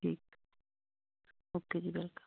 ਠੀਕ ਓਕੇ ਜੀ ਵੈਲਕਮ